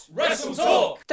WrestleTalk